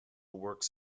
works